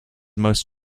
most